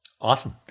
Awesome